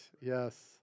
yes